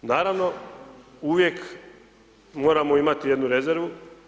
Naravno, uvijek moramo imati jednu rezervu.